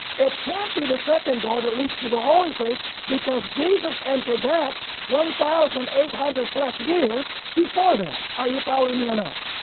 it can't be the second door that leads to the holy place because jesus entered that one thousand eight hundred plus years before that, are you following me or not?